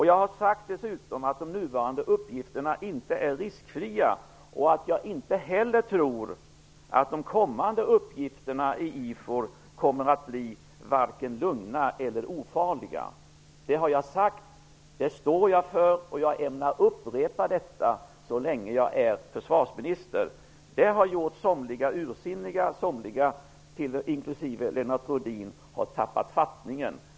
Jag har dessutom sagt att de nuvarande uppgifterna inte är riskfria och att jag inte heller tror att de kommande uppgifterna i IFOR kommer att bli vare sig lugna eller ofarliga. Det har jag sagt. Det står jag för. Jag ämnar upprepa detta så länge jag är försvarsminister. Det har gjort somliga ursinniga. Somliga, inklusive Lennart Rohdin, har tappat fattningen.